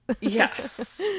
Yes